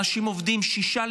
אנשים עובדים שישה,